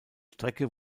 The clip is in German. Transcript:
strecke